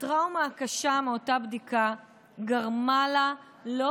הטראומה הקשה מאותה בדיקה גרמה לה לא